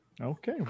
Okay